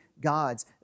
gods